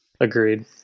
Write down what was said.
agreed